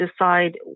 decide